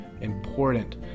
important